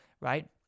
right